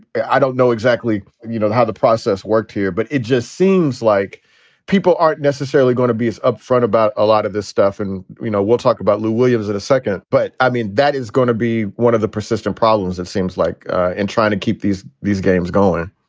i don't know exactly you know how the process worked here, but it just seems like people aren't necessarily going to be as upfront about a lot of this stuff. and, you know, we'll talk about lou williams in a second. but i mean, that is going to be one of the persistent problems, it seems like, in trying to keep these these games going